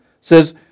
says